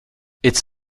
its